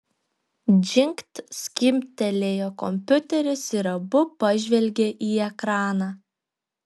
džingt skimbtelėjo kompiuteris ir abu pažvelgė į ekraną